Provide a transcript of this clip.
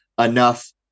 enough